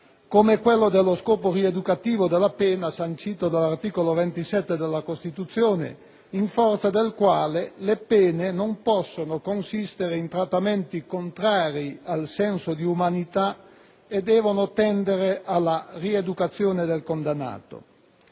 come quello dello scopo rieducativo della pena sancito dall'articolo 27 della Costituzione, in forza del quale «Le pene non possono consistere in trattamenti contrari al senso di umanità e devono tendere alla rieducazione del condannato».